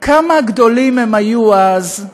כמה גדולים הם היו אז,